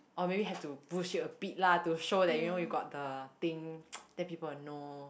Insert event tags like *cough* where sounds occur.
oh maybe have to push him a bit to show that you know you got the thing *noise* then people will know